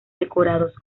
decorados